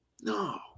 No